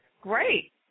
Great